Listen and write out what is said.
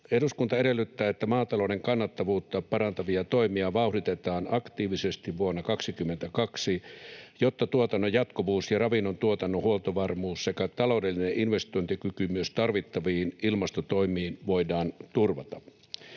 ”Eduskunta edellyttää, että maatalouden kannattavuutta parantavia toimia vauhditetaan aktiivisesti vuonna 22, jotta tuotannon jatkuvuus ja ravinnontuotannon huoltovarmuus sekä taloudellinen investointikyky myös tarvittaviin ilmastotoimiin voidaan turvata.”